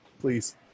please